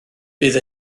bydd